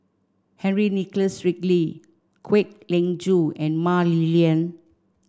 Henry Nicholas Ridley Kwek Leng Joo and Mah Li Lian